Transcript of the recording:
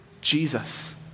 Jesus